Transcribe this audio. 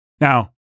Now